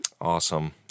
awesome